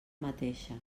mateixa